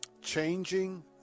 Changing